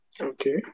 Okay